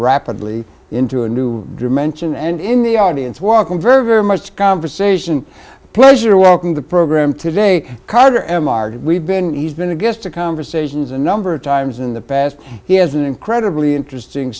rapidly into a new dimension and in the audience walking very very much conversation pleasure welcome to the program today carter m r d we've been he's been a guest of conversations a number of times in the past he has an incredibly interesting